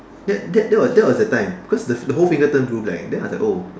that that that was the time because the whole finger turn blue black then I was like oh